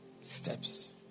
steps